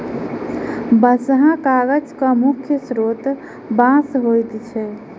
बँसहा कागजक मुख्य स्रोत बाँस होइत अछि